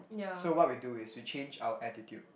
so what we do is we change our attitude